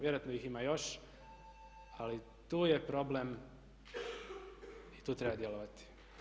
Vjerojatno ih ima još ali tu je problem i tu treba djelovati.